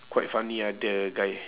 quite funny ah the guy